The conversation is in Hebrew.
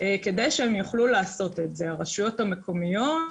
אנשים להתחסן, הרשויות המקומיות,